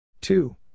Two